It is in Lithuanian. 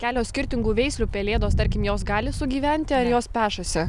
kelios skirtingų veislių pelėdos tarkim jos gali sugyventi ar jos pešasi